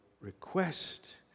request